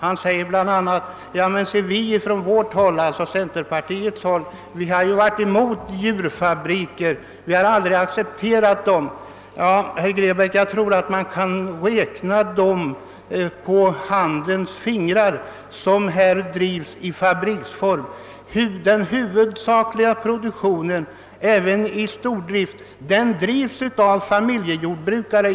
Han säger bl.a.: Vi i centerpartiet har varit emot djurfabriker; vi har aldrig accepterat dem. Jag tror att man kan räkna de s.k. djurfabrikerna på ena handens fingrar. Den huvudsakliga produktion — även i stordrift — sker i familjejordbruk.